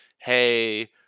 hey